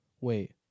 Wait